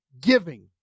giving